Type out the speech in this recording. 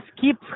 keep